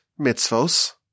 mitzvos